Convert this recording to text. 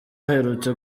aherutse